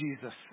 Jesus